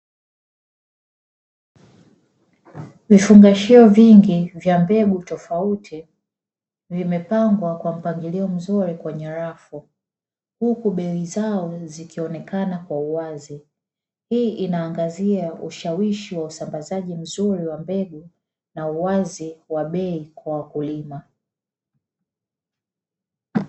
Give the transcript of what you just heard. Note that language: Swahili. Vifungashio vingi, vya mbegu tofauti , vimepangwa kwa mpangilio mzuri kwenye rafuu, huku bei zao zikionekana kwa uwazi, hii inaangazia ushawishi wa usambazaji mzuri wa mbegu na uwazi wa bei kwa wakulima.